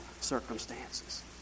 circumstances